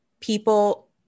people